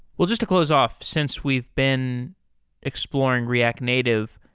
well, just to close off since we've been exploring react native.